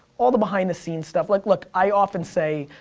all the behind the scenes stuff. like, look, i often say,